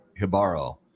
Hibaro